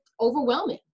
overwhelming